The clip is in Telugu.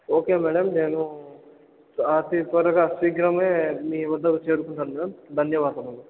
ఓకే మ్యాడం నేను అతి త్వరగా శీఘ్రమే మీ వద్దకు చేరుకుంటాను మ్యాడం ధన్యవాదములు